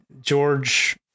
George